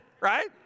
right